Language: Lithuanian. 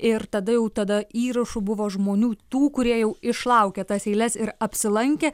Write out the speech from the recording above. ir tada jau tada įrašų buvo žmonių tų kurie jau išlaukė tas eiles ir apsilankė